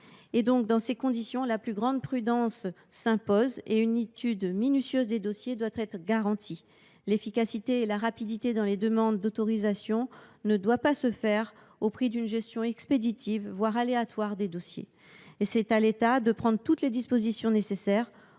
exposées. Dans ces conditions, la plus grande prudence s’impose, et une étude soignée des dossiers doit être garantie. L’efficacité et la rapidité dans les demandes d’autorisations ne peuvent se faire au prix d’une gestion expéditive, voire aléatoire. C’est à l’État de prendre toutes les dispositions pour assurer